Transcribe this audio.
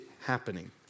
happening